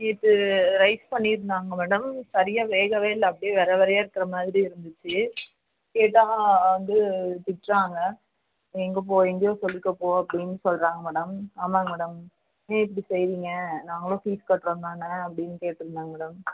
நேற்று ரைஸ் பண்ணியிருந்தாங்க மேடம் சரியாக வேகவே இல்லை அப்படே விர விர இருக்கிற மாதிரி இருந்துச்சு கேட்டால் வந்து திட்டுறாங்க எங்கள் போ எங்கயோ சொல்லிக்கோ போ அப்படின் சொல்கிறாங்க மேடம் ஆமாங்க மேடம் ஏன் இப்படி செய்யறீங்க நாங்களும் ஃபீஸ் கட்டுறோம் தானே அப்படின் கேட்டுருந்தேன் மேடம்